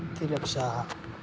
त्रिलक्षम्